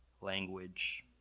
language